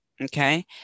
okay